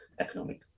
economic